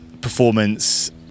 performance